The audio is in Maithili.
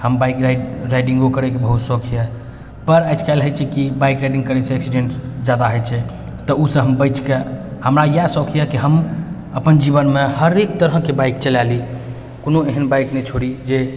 हम बाइक राइडिङ्गो करैके बहुत सौख अइपर आजकल होइ छै कि बाइक राइडिङ्ग करै छै एक्सीडेन्ट ज्यादा होइ छै तऽ ओहिसँ हम बचिकऽ हमरा इएह सौख अइ कि हम अपन जीवनमे हरेक तरहके बाइक चला ली कोनो एहन बाइक नहि छोड़ी जे